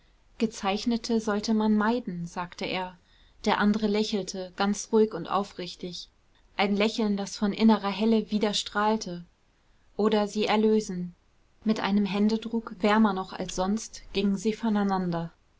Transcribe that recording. gezeichnete sollte man meiden sagte er der andere lächelte ganz ruhig und aufrichtig ein lächeln das von innerer helle widerstrahlte oder sie erlösen mit einem händedruck wärmer noch als sonst gingen sie voneinander